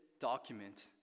document